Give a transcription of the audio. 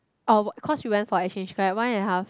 orh cause she went for exchange correct one and a half